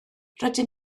rydyn